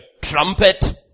trumpet